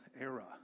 era